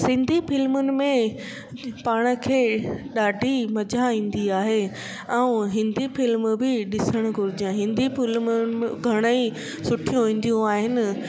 सिंधी फ्लिमुनि में पाण खे ॾाढी मज़ा ईंदी आहे ऐं हिंदी फ्लिमूं बि ॾिसण घुरजनि हिंदी फ्लिमूं बि घणेई सुठियूं ईंदियूं आहिनि